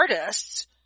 artists